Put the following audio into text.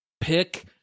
pick